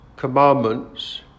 commandments